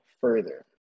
further